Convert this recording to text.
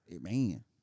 man